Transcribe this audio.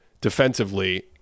defensively